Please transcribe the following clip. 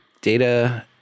data